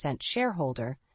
shareholder